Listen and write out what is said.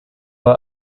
were